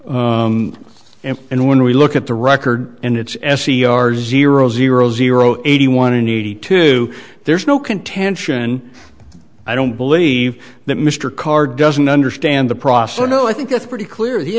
look and and when we look at the record and it's s c r zero zero zero eighty one in eighty two there's no contention i don't believe that mr karr doesn't understand the process no i think it's pretty clear the